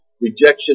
rejection